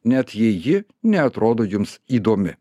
net jei ji neatrodo jums įdomi